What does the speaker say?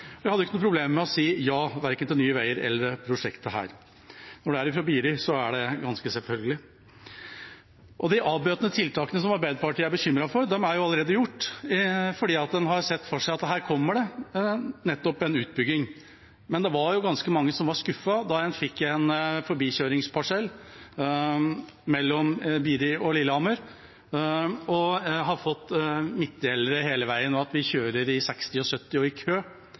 og jeg hadde ingen problemer med å si ja verken til Nye Veier eller til dette prosjektet. Når en er fra Biri, er det ganske selvfølgelig. De avbøtende tiltakene som Arbeiderpartiet er bekymret for, er jo allerede satt inn, for en har sett for seg at her kommer det nettopp en utbygging. Men det var jo ganske mange som var skuffet da vi fikk en forbikjøringsparsell mellom Biri og Lillehammer, at vi har fått midtdelere hele veien, og at vi kjører i 60 og 70 km/t og i kø